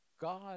God